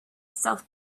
stealth